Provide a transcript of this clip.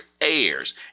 heirs